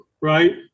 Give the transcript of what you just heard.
right